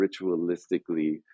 ritualistically